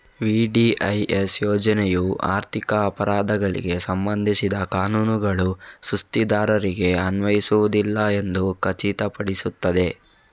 VDIS ಯೋಜನೆಯು ಆರ್ಥಿಕ ಅಪರಾಧಗಳಿಗೆ ಸಂಬಂಧಿಸಿದ ಕಾನೂನುಗಳು ಸುಸ್ತಿದಾರರಿಗೆ ಅನ್ವಯಿಸುವುದಿಲ್ಲ ಎಂದು ಖಚಿತಪಡಿಸುತ್ತದೆ